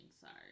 Sorry